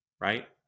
right